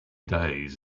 days